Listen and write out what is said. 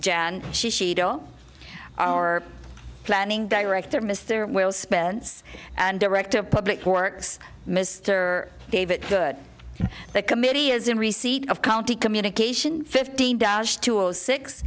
our planning director mr will spence and director of public works mr david good the committee is in receipt of county communication fifteen dollars to six